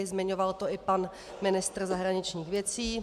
Zmiňoval to i pan ministr zahraničních věcí.